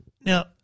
Now